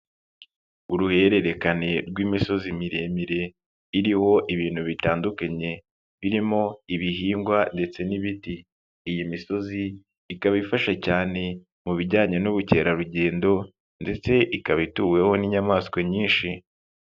Uruhererekane rw'imisozi miremire iriho ibintu bitandukanye birimo ibihingwa ndetse n'ibiti. Iyi misozi ikaba ifasha cyane mu bijyanye n'ubukerarugendo ndetse ikaba ituweho n'inyamaswa nyinshi.